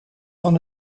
van